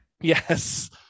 Yes